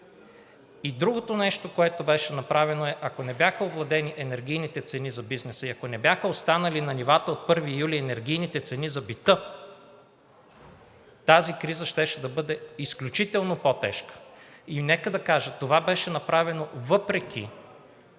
Другото нещо, което беше направено, е, ако не бяха овладени енергийните цени за бизнеса и ако не бяха останали на нивата от 1 юли енергийните цени за бита, тази криза щеше да бъде изключително по-тежка. Нека да кажа – това беше направено, въпреки